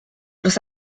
los